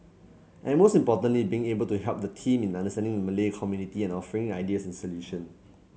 and most importantly being able to help the team in understanding the Malay community and offering ideas and solution